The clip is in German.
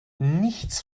nichts